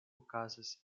okazas